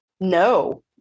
No